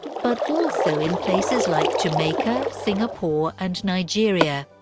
but also in places like jamaica, singapore and nigeria.